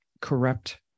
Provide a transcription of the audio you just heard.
corrupt